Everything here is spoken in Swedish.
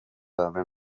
behöver